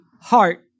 heart